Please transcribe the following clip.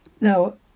now